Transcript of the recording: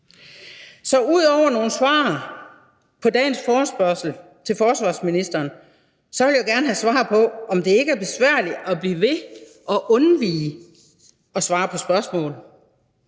Så ud over nogle svar i forhold til dagens forespørgsel til forsvarsministeren vil jeg gerne have svar på, om det ikke er besværligt at blive ved med at undvige at svare på spørgsmål.